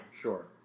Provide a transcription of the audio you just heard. sure